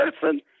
person